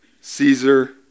Caesar